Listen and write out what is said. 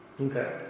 Okay